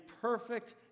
perfect